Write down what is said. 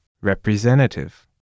Representative